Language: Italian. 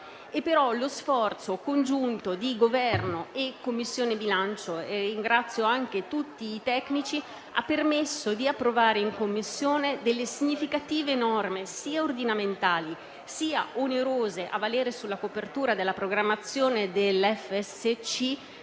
lo sforzo congiunto di Governo e Commissione bilancio (ringrazio anche tutti i tecnici) ha permesso di approvare in Commissione delle significative norme sia ordinamentali, sia onerose a valere sulla copertura della programmazione del